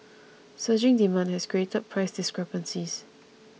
surging demand has created price discrepancies